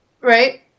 Right